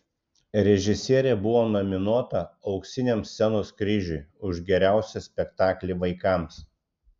režisierė buvo nominuota auksiniam scenos kryžiui už geriausią spektaklį vaikams